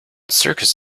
circus